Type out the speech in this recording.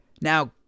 now